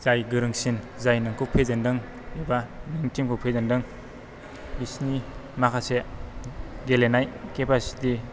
जाय गोरोंसिन जाय नोंखौ फेजेनदों एबा नोंनि तिमखौ फेजेनदों बिसोरनि माखासे गेलेनाय केपासिथि